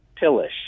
pillish